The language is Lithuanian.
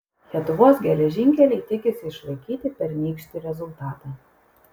lietuvos geležinkeliai tikisi išlaikyti pernykštį rezultatą